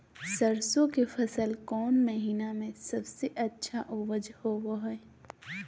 सरसों के फसल कौन महीना में सबसे अच्छा उपज होबो हय?